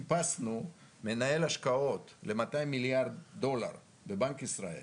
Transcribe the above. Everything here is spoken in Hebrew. אנחנו חיפשנו מנהל השקעות ל-200 מיליארד דולר בבנק ישראל